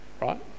right